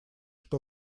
что